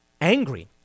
angry